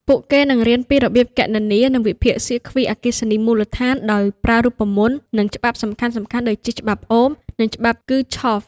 ពួកគេនឹងរៀនពីរបៀបគណនា និងវិភាគសៀគ្វីអគ្គិសនីមូលដ្ឋានដោយប្រើរូបមន្ត និងច្បាប់សំខាន់ៗដូចជា ច្បាប់អូម និងច្បាប់គឺឆហ្វ ។